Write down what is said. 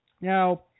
Now